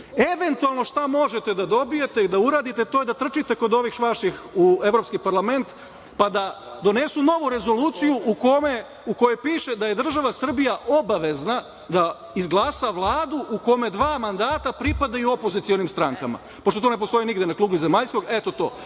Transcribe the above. Eventualno šta možete da dobijete i da uradite to je da trčite kod ovih vaših u Evropski parlament, pa da donesu novu rezoluciju u kojoj piše da je država Srbija obavezna da izglasa Vladu u kome dva mandata pripadaju opozicionim strankama, pošto to ne postoji nigde na kugli zemaljskoj, eto to.